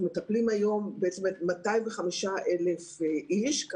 אנחנו מטפלים היום ב-205,000 איש,